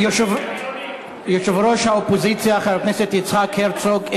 יושב-ראש האופוזיציה חבר הכנסת יצחק הרצוג,